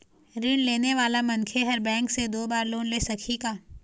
ऋण लेने वाला मनखे हर बैंक से दो बार लोन ले सकही का?